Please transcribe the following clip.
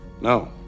no